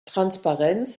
transparenz